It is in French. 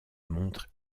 montre